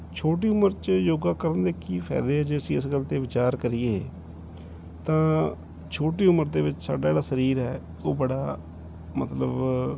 ਛੋਟੀ ਉਮਰ 'ਚ ਯੋਗਾ ਕਰਨ ਦੇ ਕੀ ਫਾਇਦੇ ਹੈ ਜੇ ਅਸੀਂ ਇਸ ਗੱਲ 'ਤੇ ਵਿਚਾਰ ਕਰੀਏ ਤਾਂ ਛੋਟੀ ਉਮਰ ਦੇ ਵਿੱਚ ਸਾਡਾ ਜਿਹੜਾ ਸਰੀਰ ਹੈ ਉਹ ਬੜਾ ਮਤਲਬ